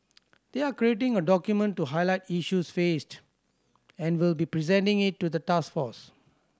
they are creating a document to highlight issues faced and will be presenting it to the task force